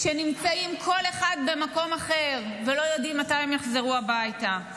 שנמצאים כל אחד במקום אחר ולא יודעים מתי הם יחזרו הביתה.